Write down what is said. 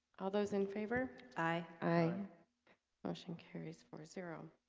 all those in favor aye motion carries four zero